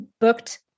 booked